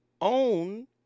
Own